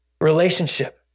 relationship